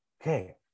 Okay